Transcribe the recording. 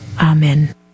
Amen